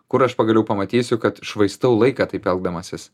kur aš pagaliau pamatysiu kad švaistau laiką taip elgdamasis